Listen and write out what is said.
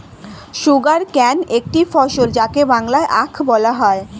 sugarcane একটি ফসল যাকে বাংলায় আখ বলা হয়